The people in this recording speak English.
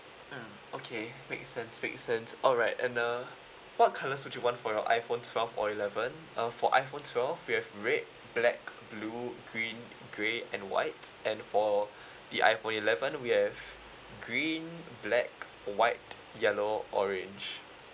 mm okay make sense make sense alright and uh what colours would you want for your iphone twelve or eleven uh for iphone twelve we have red black blue green grey and white and for the iphone eleven we have green black white yellow orange